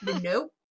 Nope